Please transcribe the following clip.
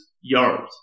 yards